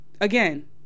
again